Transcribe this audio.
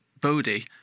Bodhi